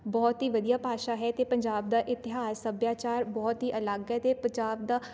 ਬਹੁਤ ਹੀ ਵਧੀਆ ਭਾਸ਼ਾ ਹੈ ਅਤੇ ਪੰਜਾਬ ਦਾ ਇਤਿਹਾਸ ਸੱਭਿਆਚਾਰ ਬਹੁਤ ਹੀ ਅਲੱਗ ਹੈ ਅਤੇ ਪੰਜਾਬ ਦਾ